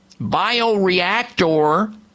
bioreactor